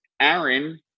Aaron